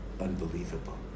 unbelievable